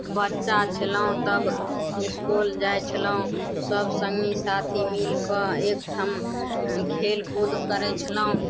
बच्चा छलहुॅं तब इसकुल जाइ छलहुॅं सब संगी साथी मिल कऽ एकठाम खेलकूद करै छलहुॅं